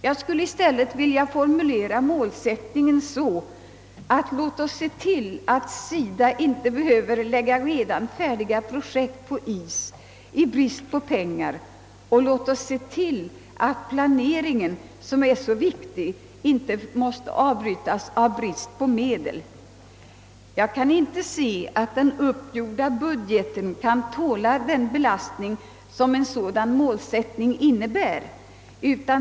Jag skulle i stället vilja formulera målsättningen så: låt oss se till att SIDA inte behöver lägga redan färdiga projektplaner på is i brist på pengar, och låt oss se till att planeringen som är så viktig inte måste avbrytas av brist på medel. Jag kan inte se att den uppgjorda budgeten tål den belastning, som en sådan målsättning innebär.